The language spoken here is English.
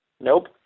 Nope